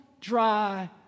dry